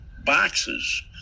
boxes